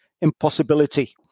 impossibility